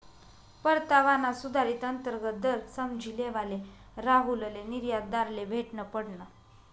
परतावाना सुधारित अंतर्गत दर समझी लेवाले राहुलले निर्यातदारले भेटनं पडनं